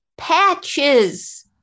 patches